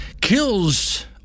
kills